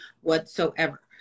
whatsoever